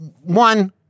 one